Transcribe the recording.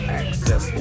access